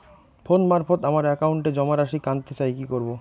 Phone মারফত আমার একাউন্টে জমা রাশি কান্তে চাই কি করবো?